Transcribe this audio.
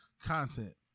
content